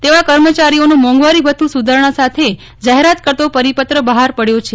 તેવા કર્મચારીઓનું મોંઘવારી ભથ્થું સુધારણા સાથે જાફેરાત કરતો પરિપત્ર બફાર પડ્યો છે